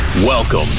Welcome